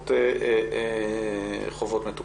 מלמדים את הסטודנטים ומלמדים את